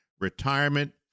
retirement